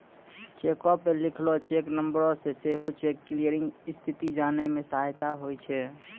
चेको पे लिखलो चेक नंबरो से सेहो चेक क्लियरिंग स्थिति जाने मे सहायता होय छै